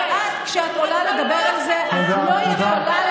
אבל את, כשאת עולה לדבר על זה, זו לא הסתה.